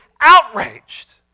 outraged